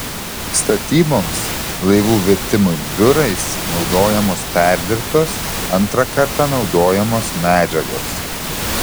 statyboms laivų virtimui biurais naudojamos perdirbtos antrą kartą naudojamos medžiagos